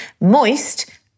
Moist